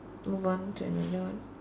move on to another one